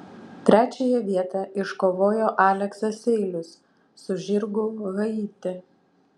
trečiąją vietą iškovojo aleksas seilius su žirgu haiti